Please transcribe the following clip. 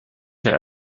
der